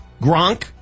Gronk